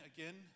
Again